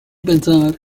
pensare